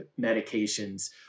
medications